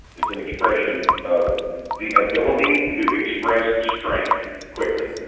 it's an expression of the ability to express strength quickly,